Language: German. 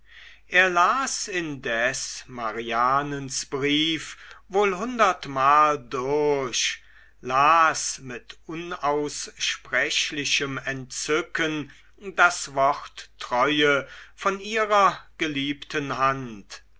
er las indes marianens brief wohl hundertmal durch las mit unaussprechlichem entzücken das wort treue von ihrer geliebten hand